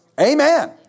Amen